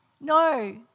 No